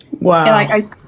Wow